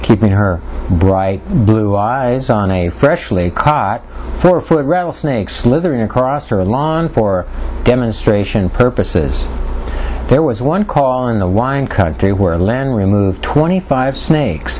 keeping her bright blue eyes on a freshly caught that rattlesnake slithering across the lawn for demonstration purposes there was one call in the wine country where lennon removed twenty five snakes